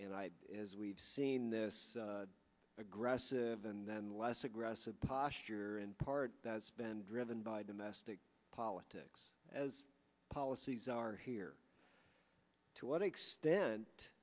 and i as we've seen this aggressive and then less aggressive posture in part that's been driven by domestic politics as policies are here to what extent